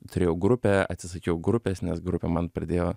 turėjau grupę atsisakiau grupės nes grupė man pradėjo